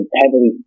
heavily